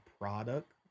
product